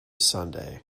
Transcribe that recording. sunday